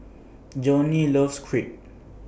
Johnny loves Crepe